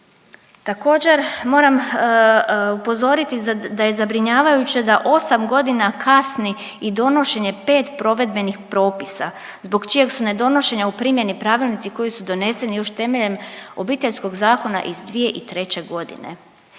Također moram upozoriti da je zabrinjavajuće da osam godina kasni i donošenje pet provedbenih propisa zbog čijeg su ne donošenja u primjeni pravilnici koji su doneseni još temeljem Obiteljskog zakona iz 2003.g., riječ